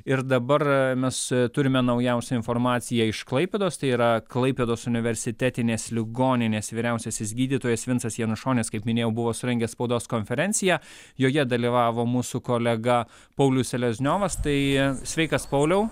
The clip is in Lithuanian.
ir dabar mes turime naujausią informaciją iš klaipėdos tai yra klaipėdos universitetinės ligoninės vyriausiasis gydytojas vincas janušonis kaip minėjau buvo surengęs spaudos konferenciją joje dalyvavo mūsų kolega paulius selezniovas tai sveikas pauliau